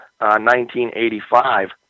1985